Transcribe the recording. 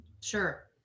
Sure